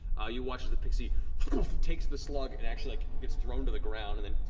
you watch as the pixie takes the slug and actually like gets thrown to the ground and then